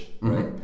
right